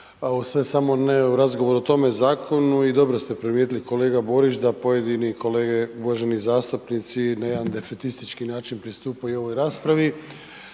sve samo ne o razgovor o tome zakonu i dobro ste primijetili kolega Borić, da pojedini kolege uvaženi zastupnici na jedan defetistički način pristupaju ovoj raspravi.